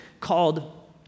called